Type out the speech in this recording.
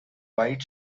white